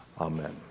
Amen